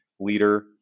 leader